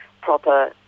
proper